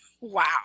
wow